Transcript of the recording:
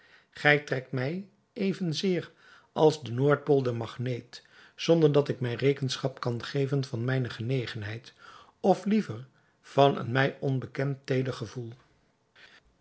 gij trekt mij evenzeer als de noordpool de magneet zonder dat ik mij rekenschap kan geven van mijne genegenheid of liever van een mij onbekend teeder gevoel